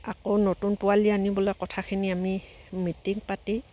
আকৌ নতুন পোৱালি আনিবলৈ কথাখিনি আমি মিটিং পাতি